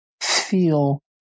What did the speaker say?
feel